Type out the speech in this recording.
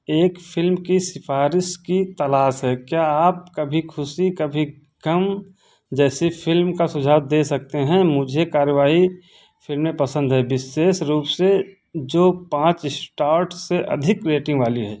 एक फ़िल्म की सिफ़ारिश की तलाश है क्या आप कभी खुशी कभी गम जैसी फ़िल्म का सुझाव दे सकते हैं मुझे कार्यवाई फ़िल्में पसंद हैं विशेष रूप से जो पाँच ईस्टार्स से अधिक रेटिंग वाली हैं